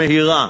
המהירה,